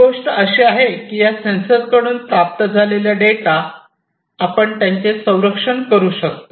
एक गोष्ट अशी आहे की या सेन्सर्सकडून प्राप्त केलेला डेटा आपण त्याचे संरक्षण करू शकतो